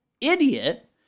idiot